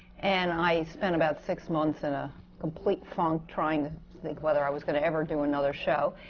and i spent about six months in a complete funk, trying to think whether i was going to ever do another show.